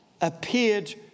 appeared